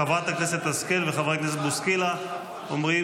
חברת הכנסת השכל וחבר הכנסת בוסקילה אומרים